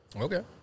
Okay